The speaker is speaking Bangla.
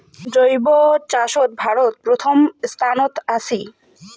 জৈব চাষত ভারত প্রথম স্থানত আছি